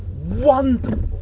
wonderful